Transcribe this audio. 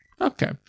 Okay